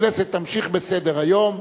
הכנסת תמשיך בסדר-היום.